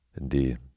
Indeed